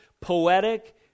poetic